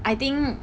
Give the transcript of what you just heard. I think